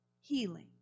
healing